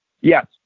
yes